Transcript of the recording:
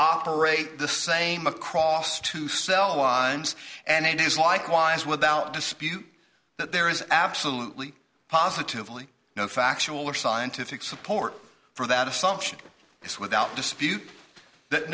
operate the same across to sell off and it is likewise without dispute that there is absolutely positively no factual or scientific support for that assumption this without dispute that